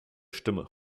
stimme